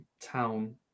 town